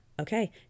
okay